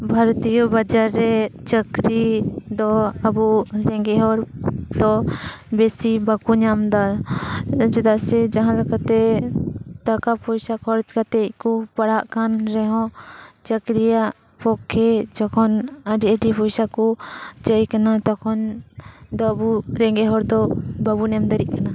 ᱵᱷᱟᱨᱚᱛᱤᱭᱚ ᱵᱟᱡᱟᱨ ᱨᱮ ᱪᱟᱹᱠᱨᱤ ᱫᱚ ᱟᱵᱚ ᱨᱮᱜᱮᱡᱽ ᱦᱚᱲ ᱫᱚ ᱵᱮᱥᱤ ᱵᱟᱠᱚ ᱧᱟᱢ ᱮᱫᱟ ᱪᱮᱫᱟᱜ ᱥᱮ ᱡᱟᱦᱟᱸ ᱞᱮᱠᱟ ᱛᱮ ᱴᱟᱠᱟ ᱯᱚᱭᱥᱟ ᱠᱷᱚᱨᱚᱪ ᱠᱟᱛᱮ ᱠᱚ ᱯᱟᱲᱦᱟᱜ ᱠᱟᱱ ᱨᱮᱦᱚᱸ ᱪᱟᱠᱨᱤᱭᱟᱜ ᱯᱚᱠᱷᱮ ᱡᱚᱠᱷᱚᱱ ᱟᱹᱰᱤ ᱟᱹᱰᱤ ᱯᱚᱭᱥᱟ ᱠᱚ ᱠᱷᱚᱡ ᱠᱟᱱᱟ ᱛᱚᱠᱷᱚᱱ ᱫᱚ ᱟᱵᱚ ᱨᱮᱜᱮᱡᱽ ᱦᱚᱲ ᱫᱚ ᱵᱟᱵᱚᱱ ᱮᱢ ᱫᱟᱲᱮᱭᱟᱜ ᱠᱟᱱᱟ